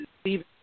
Steve